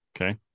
okay